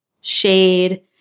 shade